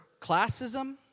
classism